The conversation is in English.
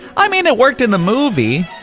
i mean it worked in the movie.